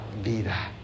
vida